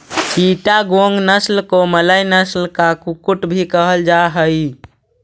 चिटागोंग नस्ल को मलय नस्ल का कुक्कुट भी कहल जा हाई